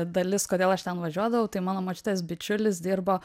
dalis kodėl aš ten važiuodavau tai mano močiutės bičiulis dirbo